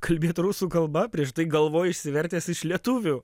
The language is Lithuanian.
kalbėt rusų kalba prieš tai galvoj išsivertęs iš lietuvių